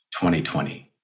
2020